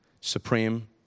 supreme